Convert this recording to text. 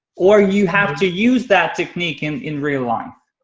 or you had to use that technique in in real life?